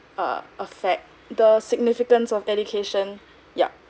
err affect the significance of education yup